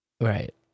Right